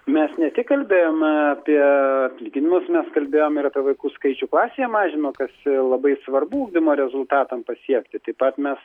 mes ne tik kalbėjom apie atlyginimus nes kalbėjom ir apie vaikų skaičių klasėje mažinimo kas labai svarbu ugdymo rezultatam pasiekti taip pat mes